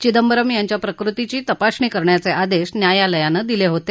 चिदंबरम यांच्या प्रकृतीची तपासणी करण्याचे आदेश न्यायालयाने दिले होते